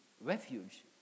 refuge